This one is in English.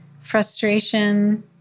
frustration